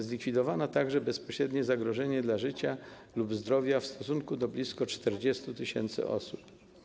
Zlikwidowano także bezpośrednie zagrożenie dla życia lub zdrowia w stosunku do blisko 40 tys. osób.